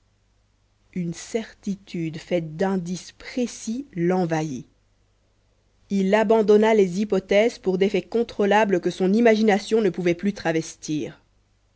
une certitude faite d'indices précis l'envahit il abandonna les hypothèses pour des faits contrôlables que son imagination ne pouvait plus travestir